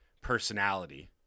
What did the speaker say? personality